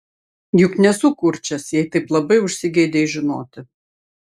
juk nesu kurčias jei taip labai užsigeidei žinoti